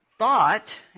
thought